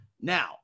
Now